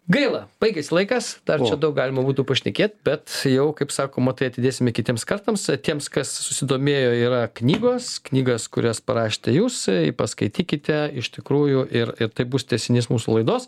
gaila baigėsi laikas dar čia daug galima būtų pašnekėt bet jau kaip sakoma tai atidėsime kitiems kartams tiems kas susidomėjo yra knygos knygos kurias parašėte jūs paskaitykite iš tikrųjų ir ir tai bus tęsinys mūsų laidos